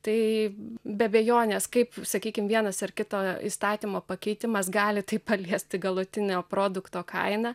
tai be abejonės kaip sakykime vienas ar kito įstatymo pakeitimas gali taip paliesti galutinio produkto kainą